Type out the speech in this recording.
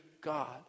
God